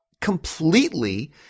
completely